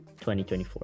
2024